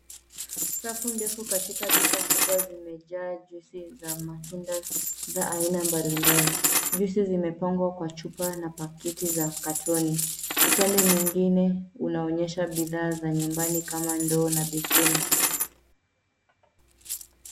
Rafu ndefu katika duka kubwa zimejaa juisi za matunda za aina mbalimbali. Juisi zimepangwa kwa chupa na pakiti za katoni. Upande mwingine unaonyesha bidhaa za nyumbani kama ndoo na beseni.